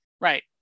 Right